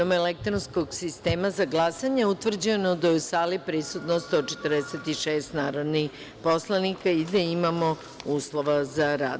elektronskog sistema za glasanje, utvrđeno da je u sali prisutno 146 narodnih poslanika i da imamo uslove za rad.